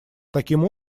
таким